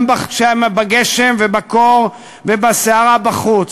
גם בגשם ובקור ובסערה בחוץ,